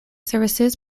services